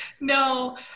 no